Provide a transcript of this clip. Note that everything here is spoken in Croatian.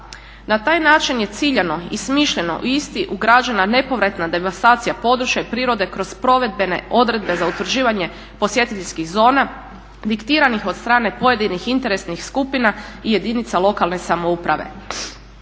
Na taj način je ciljano i smišljeno u isti ugrađena nepovratna devastacija područja i prirode kroz provedbene odredbe za utvrđivanje posjetiteljskih zona diktiranih od strane pojedinih interesnih skupina i jedinica lokalne samouprave.